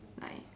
like